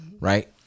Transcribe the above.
Right